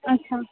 अच्छा